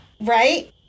Right